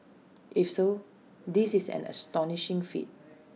if so this is an astonishing feat